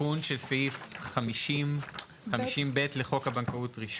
התיקון של סעיף 50ב רבתי,